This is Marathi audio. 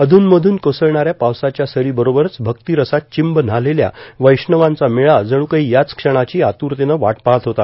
अधून मधून कोसळणाऱ्या पावसाच्या सरी बरोबरच भक्ती रसात चिंब व्हालेल्या वैष्णवांचा मेळा जणू काही याच क्षणाची आतुरतेनं वाट पहात होता